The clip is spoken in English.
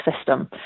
system